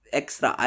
extra